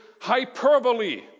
hyperbole